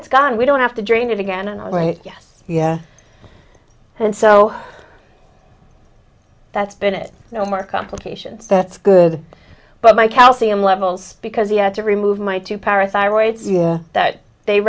gets gone we don't have to drain it again and right yes yeah and so that's been it no more complications that's good but my calcium levels because he had to remove my two parathyroid so that they